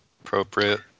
Appropriate